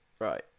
Right